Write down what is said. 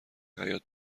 حیاط